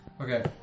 Okay